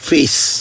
Face